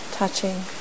touching